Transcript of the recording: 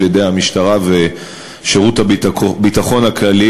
על-ידי המשטרה ושירות הביטחון הכללי,